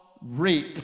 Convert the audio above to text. reap